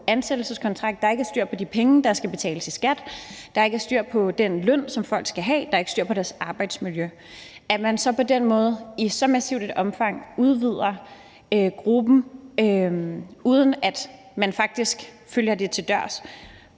ansættelseskontrakt, der ikke er styr på de penge, der skal betales i skat, der ikke er styr på den løn, som folk skal have, og hvor der ikke er styr på deres arbejdsmiljø. At man så på den måde udvider gruppen i så massivt et omfang, uden at man faktisk følger det til dørs,